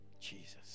Jesus